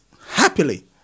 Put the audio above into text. Happily